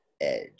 Edge